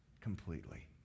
completely